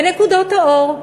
ונקודות האור,